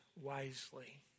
wisely